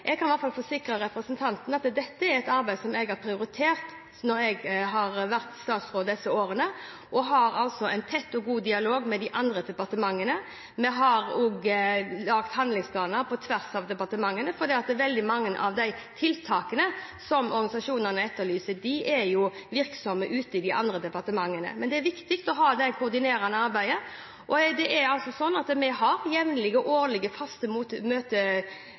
disse årene, og har altså en tett og god dialog med de andre departementene. Vi har også laget handlingsplaner på tvers av departementene, fordi veldig mange av de tiltakene som organisasjonene etterlyser, er jo virksomme ute i de andre departementene. Men det er viktig å ha det koordinerende arbeidet, og det er altså slik at vi – både direktoratene og departementet – har jevnlige, årlige, faste møtepunkter med organisasjonene, og ikke bare ett møte,